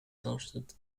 dorset